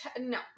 No